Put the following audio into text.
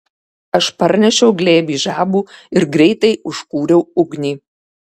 aš parnešiau glėbį žabų ir greitai užkūriau ugnį